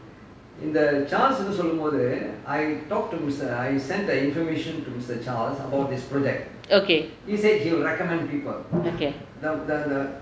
okay okay